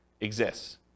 exists